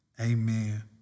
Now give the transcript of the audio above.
Amen